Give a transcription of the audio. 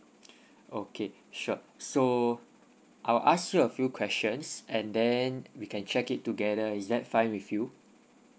okay sure so I'll ask you a few questions and then we can check it together is that fine with you